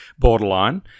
borderline